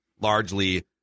largely